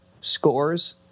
scores